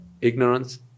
ignorance